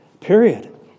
Period